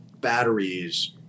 batteries